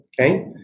okay